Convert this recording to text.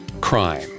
Crime